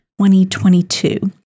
2022